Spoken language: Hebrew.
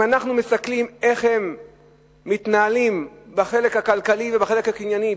אם אנחנו מסתכלים איך הם מתנהלים בחלק הכלכלי ובחלק הקנייני,